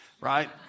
right